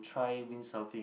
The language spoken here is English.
try windsurfing